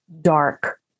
dark